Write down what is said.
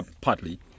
partly